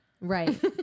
right